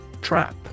Trap